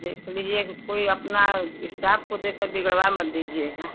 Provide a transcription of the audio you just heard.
देख लीजिए कोई अपना स्टाफ को देकर बिगड़वा मत दीजिएगा